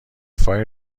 فای